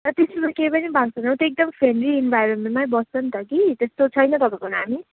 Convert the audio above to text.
ए त्यस्तो त केही पनि भएको छैन त्यो एकदम फ्रेन्डली इन्भाइरोमेन्टमा बस्छ नि त कि त्यस्तो छैन तपाईँको नानी